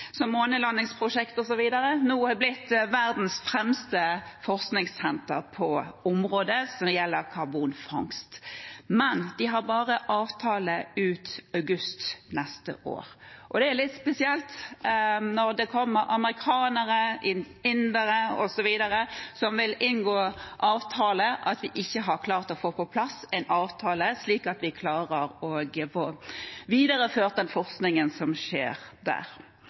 som månelandingsprosjekt osv., nå er blitt verdens fremste forskningssenter på området som gjelder karbonfangst. Men de har bare avtale ut august neste år. Det er litt spesielt når det kommer amerikanere, indere osv. som vil inngå avtale, at de ikke har klart å få på plass en avtale, slik at de klarer å få videreført den forskningen som skjer der.